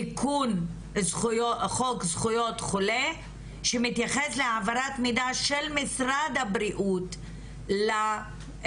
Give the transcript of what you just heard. תיקון חוק זכויות החולה שמתייחס להעברת מידע של משרד הבריאות לוועדה.